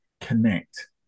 connect